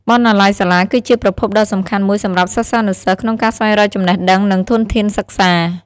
បណ្ណាល័យសាលាគឺជាប្រភពដ៏សំខាន់មួយសម្រាប់សិស្សានុសិស្សក្នុងការស្វែងរកចំណេះដឹង និងធនធានសិក្សា។